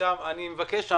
הוא עזב,